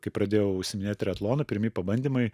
kai pradėjau užsiiminėt triatlonu pirmi pabandymai